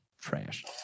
trash